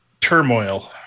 turmoil